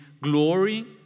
glory